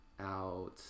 out